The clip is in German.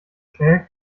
schnell